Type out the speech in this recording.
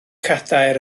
cadair